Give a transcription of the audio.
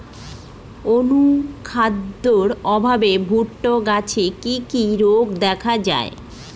অনুখাদ্যের অভাবে ভুট্টা গাছে কি কি রোগ দেখা যায়?